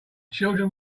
children